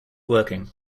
working